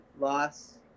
loss